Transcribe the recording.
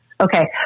Okay